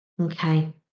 Okay